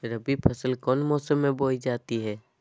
रबी फसल कौन मौसम में बोई जाती है?